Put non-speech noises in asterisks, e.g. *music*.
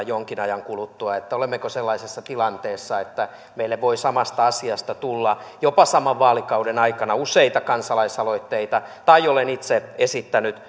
*unintelligible* jonkin ajan kuluttua olemmeko sellaisessa tilanteessa että meille voi samasta asiasta tulla jopa saman vaalikauden aikana useita kansalaisaloitteita olen itse esittänyt *unintelligible*